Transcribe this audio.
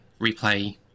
replay